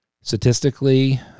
statistically